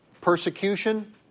persecution